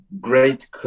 great